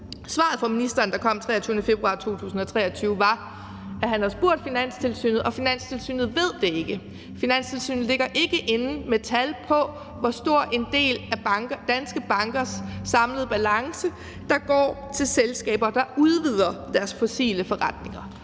Svaret fra ministeren, der kom den 23. februar 2023, lød, at han havde spurgt Finanstilsynet, og at Finanstilsynet ikke ved det; Finanstilsynet ligger ikke inde med tal på, hvor stor en del af danske bankers samlede balance der går til selskaber, der udvider deres fossile forretninger.